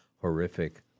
horrific